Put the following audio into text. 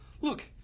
Look